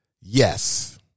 Yes